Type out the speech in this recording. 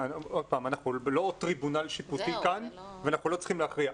אנחנו לא טריבונל שיפוטי כאן ואנחנו לא צריכים להכריע,